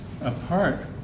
apart